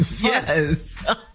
Yes